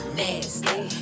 nasty